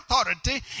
authority